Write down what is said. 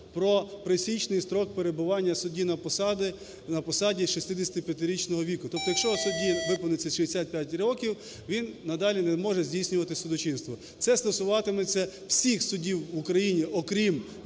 проприсічний строк перебування судді на посаді 65-річного віку. Тобто, якщо судді виповниться 65 років, він надалі не може здійснювати судочинство. Це стосуватиметься всіх судів України, окрім,